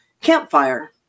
campfire